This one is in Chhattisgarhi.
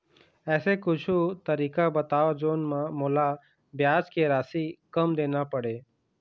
ऐसे कुछू तरीका बताव जोन म मोला ब्याज के राशि कम देना पड़े?